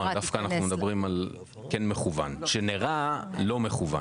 דווקא אנחנו מדברים על כן מכוון שנראה לא מכוון.